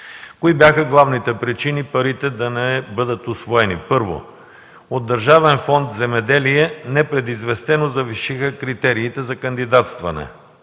Кои бяха главните причини парите да не бъдат усвоени? Първо, от Държавен фонд „Земеделие“ непредизвестено завишиха критериите за кандидатстване.